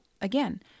again